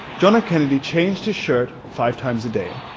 john f. kennedy changed his shirt five times a day,